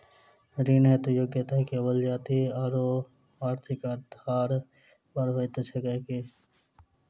ऋण हेतु योग्यता केवल जाति आओर आर्थिक आधार पर होइत छैक की?